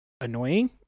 annoying